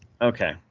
Okay